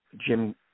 Jim